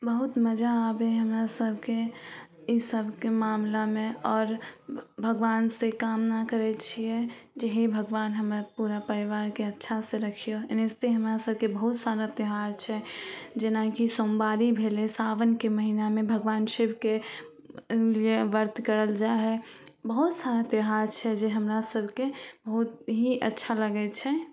बहुत मजा आबै हइ हमरासभकेँ ईसबके मामिलामे आओर भगवानसे कामना करै छिए जे हे भगवान हमरा पूरा परिवारके अच्छासे रखिऔ एनाहिते हमरासभके बहुत सारा त्योहार छै जेनाकि सोमवारी भेलै सावनके महिनामे भगवान शिवके लिए वर्त करल जाइ हइ बहुत सारा त्योहार छै जे हमरासभके बहुत ही अच्छा लगै छै